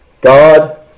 God